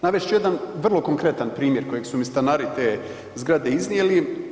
Navest ću jedan vrlo konkretan primjer kojeg su mi stanari te zgrade iznijeli.